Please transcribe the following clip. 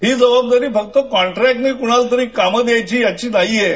हि जबाबदारी फक्त कॉन्ट्रॅक्टनी कोणाला तरी काम द्यायची याची नाहीये